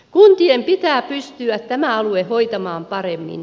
kuntien pitää pystyä tämä alue hoitamaan paremmin